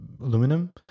aluminum